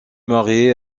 marié